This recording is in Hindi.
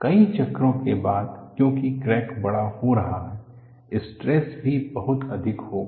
कई चक्रों के बाद क्योंकि क्रैक बड़ा हो रहा है स्ट्रेस भी बहुत अधिक होगा